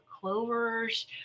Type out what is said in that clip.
clovers